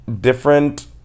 different